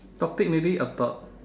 topic maybe about